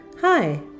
Hi